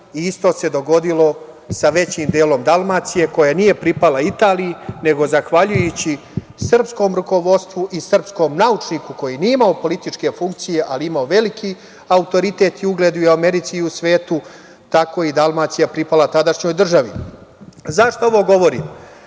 i isto se dogodilo sa većim delom Dalmacije, koja nije pripala Italiji nego, zahvaljujući srpskom rukovodstvu i srpskom naučniku koji nije imao političke funkcije ali je imao veliki autoritet i ugled i u Americi i u Svetu, tako je Dalmacija pripala tadašnjoj državi.Zašto ovo govorim?